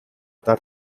that